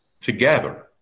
together